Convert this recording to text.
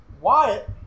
Wyatt